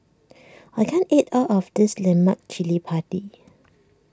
I can't eat all of this Lemak Cili Padi